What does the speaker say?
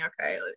Okay